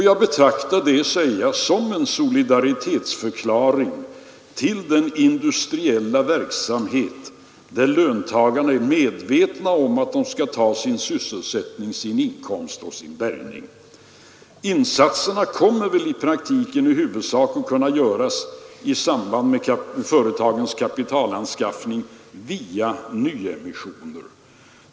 Jag betraktar det som en solidaritetsförklaring till den industriella verksamhet där löntagarna är medvetna om att de skall ta sin sysselsättning, sin inkomst och sin bärgning. Insatserna kommer väl i praktiken i huvudsak att kunna göras i samband med företagens kapitalanskaffning via nyemissioner.